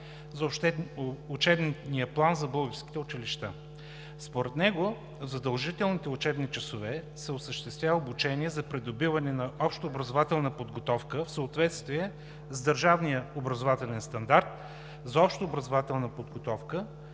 за учебния план за българските училища. Според него в задължителните учебни часове се осъществя обучение за придобиване на общообразователна подготовка в съответствие с държавния образователен стандарт за общообразователна подготовка